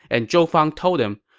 and zhou fang told him,